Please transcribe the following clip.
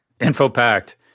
Info-packed